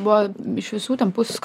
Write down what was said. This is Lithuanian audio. buvo iš visų ten pusių